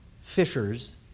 fishers